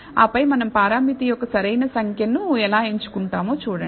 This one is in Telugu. ఆపై మనం పారామితి యొక్క సరైన సంఖ్యను ఎలా ఎంచుకుంటామో చూడండి